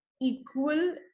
equal